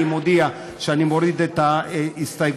אני מודיע שאני מוריד את ההסתייגויות.